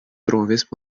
trovis